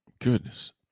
Goodness